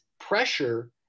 pressure